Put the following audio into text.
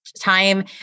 time